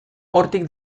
hortik